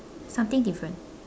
something different